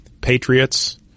Patriots